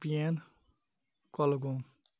Shopian Kulgam